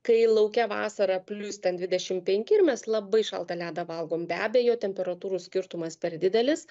kai lauke vasara plius ten dvidešim penki ir mes labai šaltą ledą valgom be abejo temperatūrų skirtumas per didelis